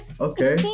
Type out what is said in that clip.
Okay